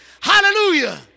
Hallelujah